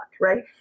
right